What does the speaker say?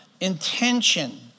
intention